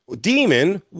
Demon